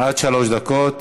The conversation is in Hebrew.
עד שלוש דקות.